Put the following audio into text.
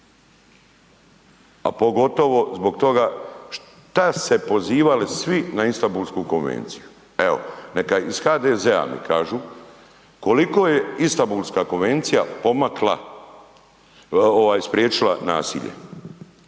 a pogotovo zbog toga šta se pozivali svi na Istambulsku konvenciju, evo neka iz HDZ-a mi kažu koliko je Istambulska konvencija pomakla, ovaj spriječila nasilje